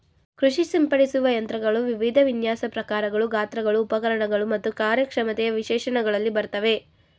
ಕೃಷಿ ಸಿಂಪಡಿಸುವ ಯಂತ್ರಗಳು ವಿವಿಧ ವಿನ್ಯಾಸ ಪ್ರಕಾರಗಳು ಗಾತ್ರಗಳು ಉಪಕರಣಗಳು ಮತ್ತು ಕಾರ್ಯಕ್ಷಮತೆಯ ವಿಶೇಷಣಗಳಲ್ಲಿ ಬರ್ತವೆ